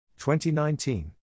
2019